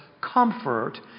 comfort